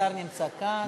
השר נמצא כאן.